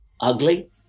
ugly